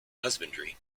husbandry